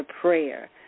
prayer